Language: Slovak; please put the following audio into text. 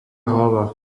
hlava